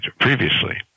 previously